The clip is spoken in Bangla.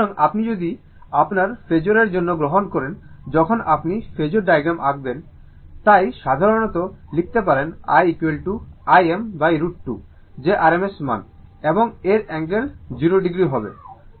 সুতরাং আপনি যদি আপনার ফেজোরের জন্য গ্রহণ করেন যখন আপনি ফেজোর ডায়াগ্রাম আঁকবেন তাই সাধারণত লিখতে পারেন i Im √2 যে rms মান এবং এর অ্যাঙ্গেল 0o হবে